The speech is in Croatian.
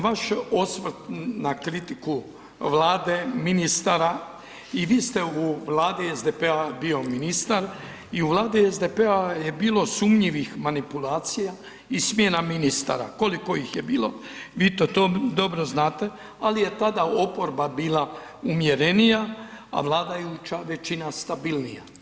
Vaš osvrt na kritiku vlade, ministara i vi ste u vladi SDP-a bio ministar i u vladi SDP-a je bilo sumnjivih manipulacija i smjena ministara, koliko ih je bilo vi to dobro znate, ali je tada oporba bila umjerenija, ali vladajuća većina stabilnija.